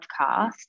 podcast